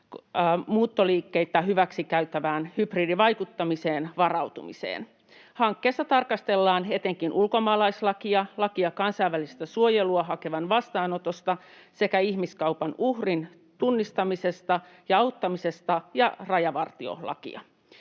muuttoliikkeitä hyväksikäyttävään hybridivaikuttamiseen varautumisessa. Hankkeessa tarkastellaan etenkin ulkomaalaislakia, lakia kansainvälistä suojelua hakevan vastaanotosta sekä ihmiskaupan uhrin tunnistamisesta ja auttamisesta sekä rajavartiolakia.